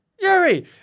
Yuri